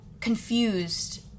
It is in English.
confused